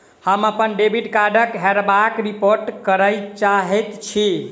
हम अप्पन डेबिट कार्डक हेराबयक रिपोर्ट करय चाहइत छि